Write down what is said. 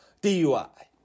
DUI